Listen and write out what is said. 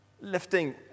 Lifting